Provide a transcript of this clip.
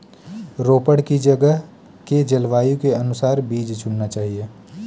रोपड़ की जगह के जलवायु के अनुसार बीज चुनना चाहिए